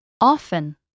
Often